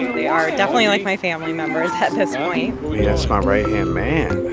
they are definitely like my family members at this point yeah. that's my righthand man.